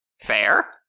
Fair